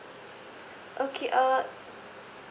okay uh